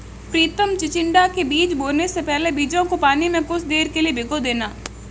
प्रितम चिचिण्डा के बीज बोने से पहले बीजों को पानी में कुछ देर के लिए भिगो देना